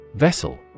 Vessel